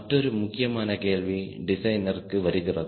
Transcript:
மற்றொரு முக்கியமான கேள்வி டிசைனருக்கு வருகிறது